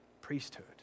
priesthood